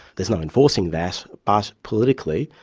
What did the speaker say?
there's no enforcing that, but politically,